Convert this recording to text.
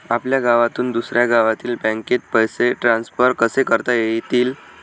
आपल्या गावातून दुसऱ्या गावातील बँकेत पैसे ट्रान्सफर कसे करता येतील?